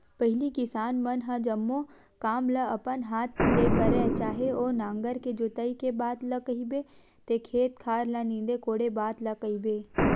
पहिली किसान मन ह जम्मो काम ल अपन हात ले करय चाहे ओ नांगर के जोतई के बात ल कहिबे ते खेत खार ल नींदे कोड़े बात ल कहिबे